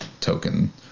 token